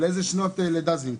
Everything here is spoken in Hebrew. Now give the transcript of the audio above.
איזה שנות לידה?